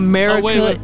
America